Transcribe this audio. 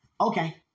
Okay